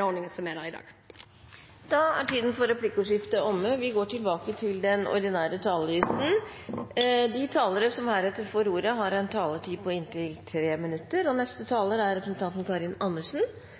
ordningen med førerhund som er der i dag. Replikkordskiftet er omme. De talere som heretter får ordet, har en taletid på inntil 3 minutter. Dette er en sak som preges av stor velvilje, men altfor lite handling. Dette handler ikke om at noen skal få lov til å være med, det handler om at alle skal være likeverdige og